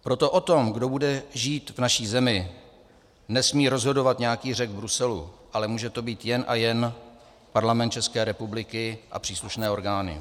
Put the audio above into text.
Proto o tom, kdo bude žít v naší zemi, nesmí rozhodovat nějaký Řek v Bruselu, ale může to být jen a jen Parlament ČR a příslušné orgány.